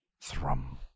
THRUM